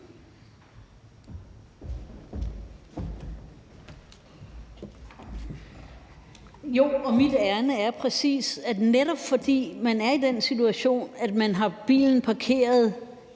Jo, og mit ærinde er præcis, at netop fordi man er i den situation, at man har bilen parkeret